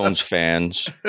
fans